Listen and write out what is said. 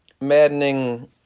maddening